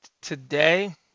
today